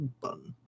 bun